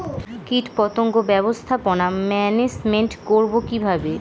কীটপতঙ্গ ব্যবস্থাপনা ম্যানেজমেন্ট করব কিভাবে?